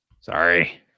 sorry